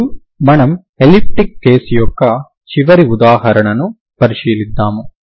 ఇప్పుడు మనము elliptic case యొక్క చివరి ఉదాహరణను పరిశీలిస్తాము